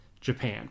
Japan